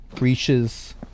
reaches